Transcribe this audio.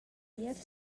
niev